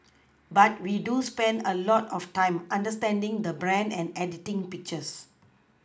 but we do spend a lot of time understanding the brand and editing pictures